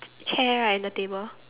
chair right and the table